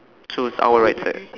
so it's our right side